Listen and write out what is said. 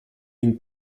une